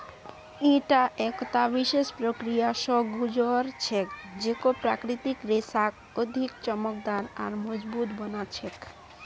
ईटा एकता विशेष प्रक्रिया स गुज र छेक जेको प्राकृतिक रेशाक अधिक चमकदार आर मजबूत बना छेक